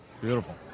Beautiful